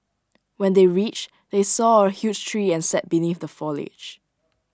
when they reached they saw A huge tree and sat beneath the foliage